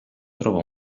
trova